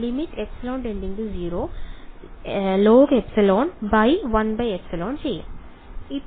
അതിനാൽ ഞാൻ limε→0εlogε limε→0logε1ε ചെയ്യും